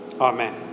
Amen